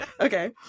okay